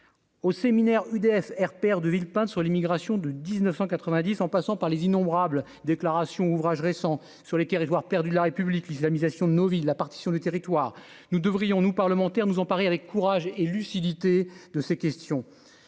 au séminaire UDF-RPR de Villepinte sur l'immigration de 1990 en passant par les innombrables déclarations ouvrages récents sur les territoires perdus de la République, l'islamisation de nos vies de la partition du territoire, nous devrions nous parlementaires nous on parie avec courage et lucidité de ces questions,